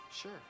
Sure